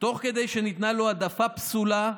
תוך כדי שניתנה לו העדפה פסולה.